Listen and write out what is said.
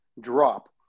drop